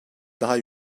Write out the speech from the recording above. daha